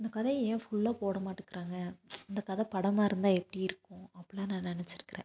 இந்த கதையை ஏன் ஃபுல்லாக போட மாட்டுக்கிறாங்க இந்த கதை படமாக இருந்தால் எப்படி இருக்கும் அப்பிடிலாம் நான் நினச்சிருக்குறேன்